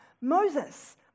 Moses